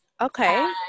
Okay